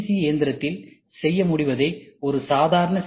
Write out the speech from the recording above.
C இயந்திரத்தில் செய்ய முடிவதை ஒரு சாதாரண சி